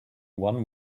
one